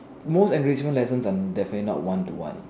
most enrichment lessons are definitely not one to one